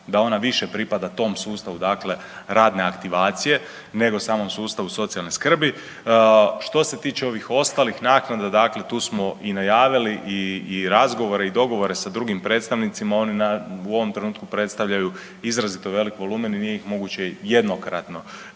da ona više pripada tom sustavu, dakle radne aktivacije, nego samom sustavu socijalne skrbi. Što se tiče ovih ostalih naknada, dakle tu smo najavili i razgovore i dogovore sa drugim predstavnicima. Oni u ovom trenutku predstavljaju izrazito velik volumen i nije ih moguće jednokratno